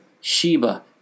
Sheba